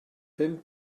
pum